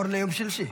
אור ליום שלישי.